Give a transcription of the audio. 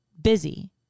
busy